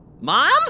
Mom